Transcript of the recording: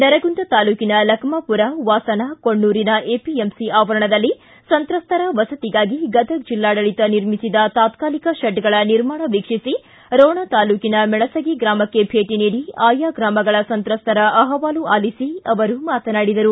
ನರಗುಂದ ತಾಲೂಕಿನ ಲಖಮಾಪೂರ ವಾಸನ ಕೊಣ್ನೂರಿನ ಎಪಿಎಂಸಿ ಅವರಣದಲ್ಲಿ ಸಂತ್ರಸ್ತರ ವಸತಿಗಾಗಿ ಗದಗ್ ಜಿಲ್ಲಾಡಳಿತ ನಿರ್ಮಿಸಿದ ತಾತ್ನಾಲಕ ಶೇಡ್ಗಳ ನಿರ್ಮಾಣ ವೀಕ್ಷಿಸಿ ರೋಣ ತಾಲೂಕಿನ ಮೆಣಸಗಿ ಗ್ರಾಮಕ್ಕೆ ಭೇಟಿ ನೀಡಿ ಆಯಾ ಗ್ರಾಮಗಳ ಸಂತ್ರಸ್ತರ ಅಹವಾಲು ಆಲಿಸಿ ಅವರು ಮಾತನಾಡಿದರು